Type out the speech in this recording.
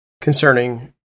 concerning